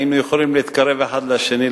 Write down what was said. היינו יכולים להתקרב אחד לשני,